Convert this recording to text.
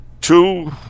two